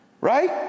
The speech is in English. right